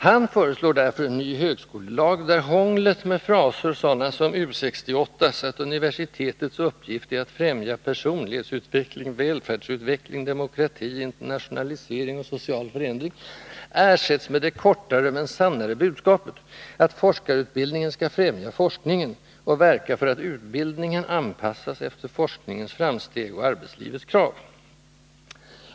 Han föreslår för den skull en ny högskolelag, där hånglet med fraser sådana som U 68:s att universitetets uppgift är att främja ”personlighetsutveckling, välfärdsutveckling, demokrati, internationalisering och social förändring” ersätts med det kortare men sannare budskapet att forskarutbildningen skall ”främja forskningen” och ”verka för att utbildningen anpassas efter forskningens framsteg och arbetslivets krav”.